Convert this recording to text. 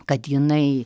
kad jinai